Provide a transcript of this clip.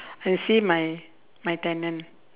and see my my tenant